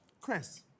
Chris